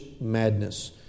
madness